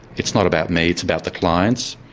it's not about me it's about the clients.